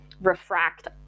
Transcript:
refract